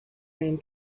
man